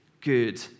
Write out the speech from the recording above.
good